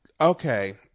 okay